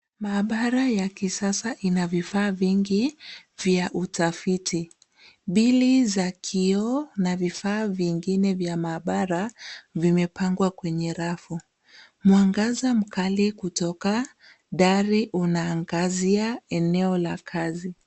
Maabara ya kisasa ina vifaa vingi vya utafiti. Bili za kioo na vifaa vingine vya maabara vimepangwa kwenye rafu. Mwangaza mkali kutoka dari unaangazia eneo la kazi.